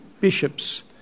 bishops